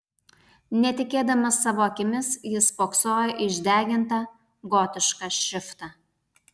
netikėdamas savo akimis jis spoksojo į išdegintą gotišką šriftą